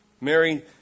Mary